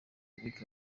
eric